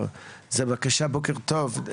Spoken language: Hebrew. בבקשה, בוקר טוב.